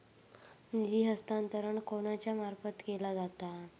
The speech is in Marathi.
निधी हस्तांतरण कोणाच्या मार्फत केला जाता?